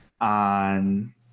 on